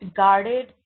guarded